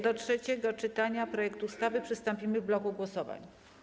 Do trzeciego czytania projektu ustawy przystąpimy w bloku głosowań.